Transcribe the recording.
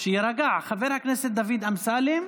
כשיירגע, חבר הכנסת דוד אמסלם.